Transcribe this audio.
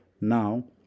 now